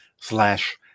slash